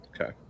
Okay